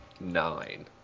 Nine